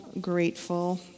grateful